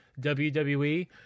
WWE